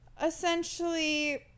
Essentially